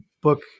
book